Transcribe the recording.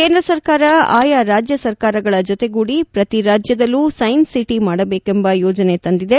ಕೇಂದ್ರ ಸರ್ಕಾರ ಆಯಾ ರಾಜ್ಯ ಸರ್ಕಾರಗಳ ಜೊತೆಗೂದಿ ಪ್ರತಿ ರಾಜ್ಯದಲ್ಲೂ ಸೈನ್ಬ್ ಸಿಟಿ ಮಾಡಬೇಕೆಂಬ ಯೋಜನೆ ತಂದಿದೆ